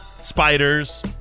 spiders